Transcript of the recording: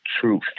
truth